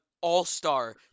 all-star